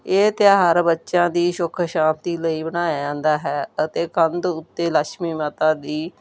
ਇਹ ਤਿਉਹਾਰ ਬੱਚਿਆਂ ਦੀ ਸੁੱਖ ਸ਼ਾਂਤੀ ਲਈ ਬਣਾਇਆ ਜਾਂਦਾ ਹੈ ਅਤੇ ਕੰਧ ਉੱਤੇ ਲਛਮੀ ਮਾਤਾ ਦੀ